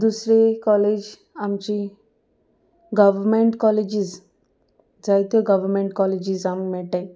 दुसरे कॉलेज आमची government colleges जायत्यो गव्हमेंट कॉलेजीस आमकां मेळटाय